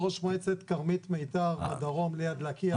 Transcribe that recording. ראש מועצת כרמית מיתר בדרום ליד לקיה.